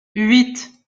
huit